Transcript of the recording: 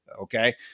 Okay